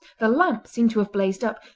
the lamp seemed to have blazed up,